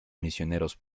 misioneros